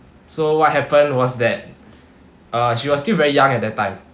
so what happened was that uh she was still very young at that time